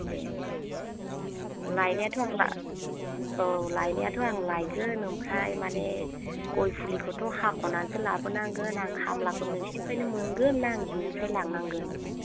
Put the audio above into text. ए लायनायाथ' आं लाय औ लायनायाथ' आं लायगोन ओमफ्राय माने गय फुलिखौथ' हाख'नानैसो लाबोनांगोन आं खामलाखौ नोंसोरनिफ्रायनो मोनगोन ना आं जोंनिफ्राय लांनांगोन